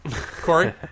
Corey